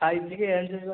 ଖାଇ ପିଇକି ଏଂଜୋୟେ କରିବା